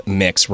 mix